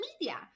media